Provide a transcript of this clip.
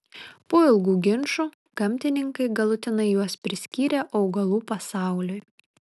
po ilgų ginčų gamtininkai galutinai juos priskyrė augalų pasauliui